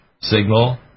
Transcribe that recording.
signal